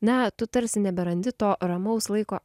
na tu tarsi neberandi to ramaus laiko